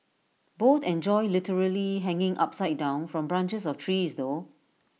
both enjoy literally hanging upside down from branches of trees though